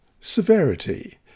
severity